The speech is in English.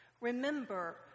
Remember